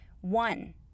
One